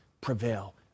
prevail